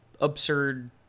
absurd